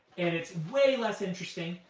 and it's way less interesting,